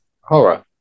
horror